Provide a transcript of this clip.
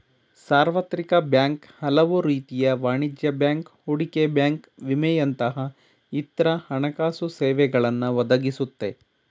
ಸಾರ್ವತ್ರಿಕ ಬ್ಯಾಂಕ್ ಹಲವುರೀತಿಯ ವಾಣಿಜ್ಯ ಬ್ಯಾಂಕ್, ಹೂಡಿಕೆ ಬ್ಯಾಂಕ್ ವಿಮೆಯಂತಹ ಇತ್ರ ಹಣಕಾಸುಸೇವೆಗಳನ್ನ ಒದಗಿಸುತ್ತೆ